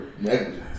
negligence